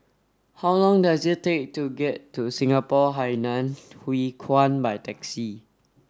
how long does it take to get to Singapore Hainan Hwee Kuan by taxi